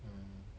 mm